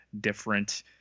different